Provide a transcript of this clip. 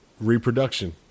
reproduction